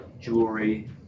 jewelry